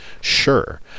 Sure